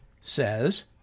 says